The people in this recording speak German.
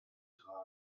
tragen